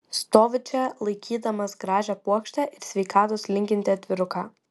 stoviu čia laikydamas gražią puokštę ir sveikatos linkintį atviruką